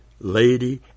lady